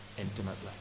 intimately